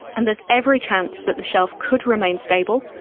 and there's every chance that the shelf could remain stable,